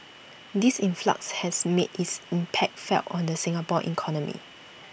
this influx has made its impact felt on the Singapore economy